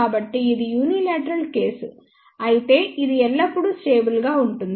కాబట్టి ఇది unilateral case అయితే ఇది ఎల్లప్పుడూ స్టేబుల్ గా ఉంటుంది